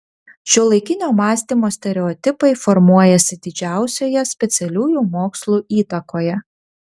šiuolaikinio mąstymo stereotipai formuojasi didžiausioje specialiųjų mokslų įtakoje